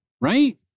right